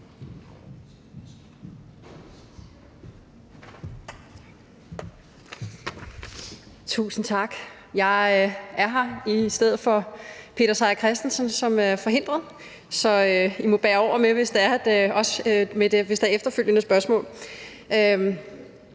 Tusind tak. Jeg er her i stedet for Peter Seier Christensen, som er forhindret, så I må bære over med mig, hvis der er efterfølgende spørgsmål.